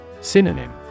Synonym